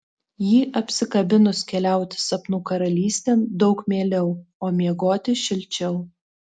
jį apsikabinus keliauti sapnų karalystėn daug mieliau o miegoti šilčiau